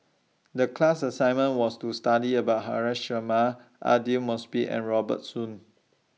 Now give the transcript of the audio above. The class assignment was to study about Haresh Sharma Aidli Mosbit and Robert Soon